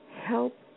Help